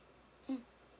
mm